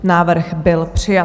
Návrh byl přijat.